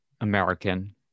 american